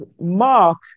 mark